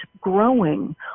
growing